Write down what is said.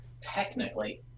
technically